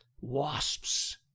Wasps